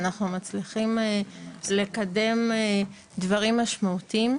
שאנחנו לא מצליחים להרים במדינה הזאת.